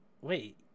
wait